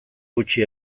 gutxi